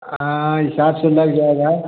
हाँ हिसाब से लग जाएगा